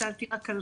שאלתי רק על